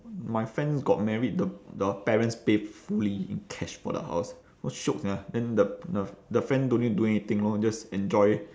my friends got married the the parents pay fully in cash for the house !wah! shiok sia then the the the friend don't need do anything lor just enjoy